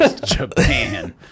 Japan